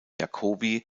jacobi